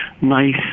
nice